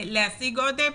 להשיג עוד פקחים.